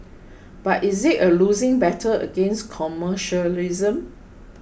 but is it a losing battle against commercialism